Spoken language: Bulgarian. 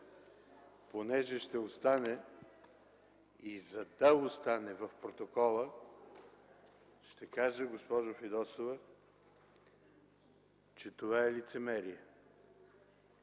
понеже ще остане и за да остане в протокола, ще кажа, госпожо Фидосова, че това е лицемерие.